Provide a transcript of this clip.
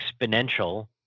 exponential